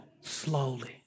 slowly